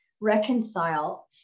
reconcile